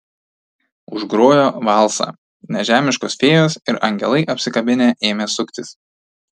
užgrojo valsą nežemiškos fėjos ir angelai apsikabinę ėmė suktis